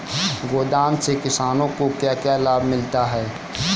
गोदाम से किसानों को क्या क्या लाभ मिलता है?